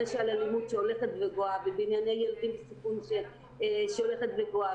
של אלימות שהולכת וגואה ובענייני ילדים בסיכון שהולך וגואה,